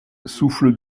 souffle